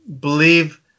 believe